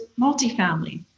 multifamily